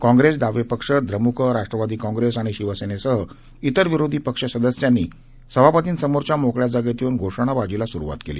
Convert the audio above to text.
काँग्रेस डावे पक्ष द्रमुक राष्ट्रवादी काँग्रेस आणि शिवसेनेसह इतर विरोधी पक्ष सदस्यांनी सभापतींसमोरच्या मोकळ्या जागेत येऊन घोषणाबाजीला सुरुवात केली